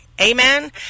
Amen